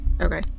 Okay